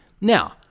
Now